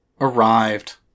arrived